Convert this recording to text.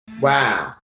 Wow